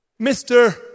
Mr